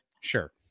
sure